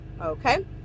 Okay